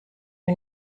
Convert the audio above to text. who